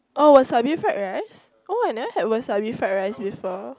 oh wasabi fried rice oh I never had wasabi fried rice before